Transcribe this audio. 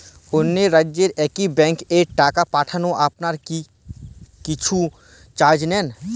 অন্য রাজ্যের একি ব্যাংক এ টাকা পাঠালে আপনারা কী কিছু চার্জ নেন?